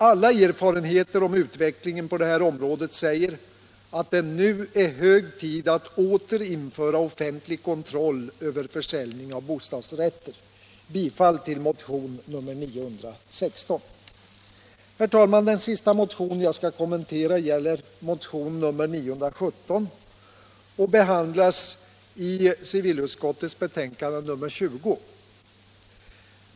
Alla erfarenheter om utvecklingen på detta område säger att det nu är hög tid att åter införa offentlig kontroll över försäljning av bostadsrätter. Jag yrkar bifall till motionen 916. Herr talman! Den sista motion jag skall kommentera är motionen 917, som behandlas i CU:s betänkande nr 20.